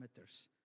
parameters